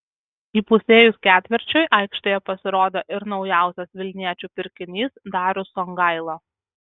įpusėjus ketvirčiui aikštėje pasirodė ir naujausias vilniečių pirkinys darius songaila